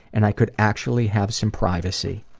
and i could actually have some privacy.